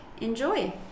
enjoy